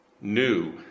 new